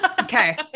Okay